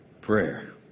prayer